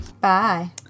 Bye